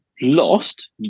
lost